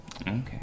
Okay